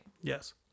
Yes